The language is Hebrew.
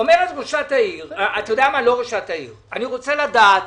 אני רוצה לדעת,